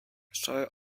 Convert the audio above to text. szare